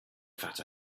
fat